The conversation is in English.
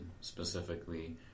specifically